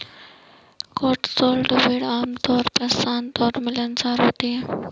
Cotswold भेड़ आमतौर पर शांत और मिलनसार होती हैं